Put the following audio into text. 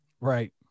Right